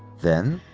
then,